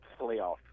playoff